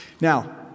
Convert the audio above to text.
Now